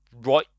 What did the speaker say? right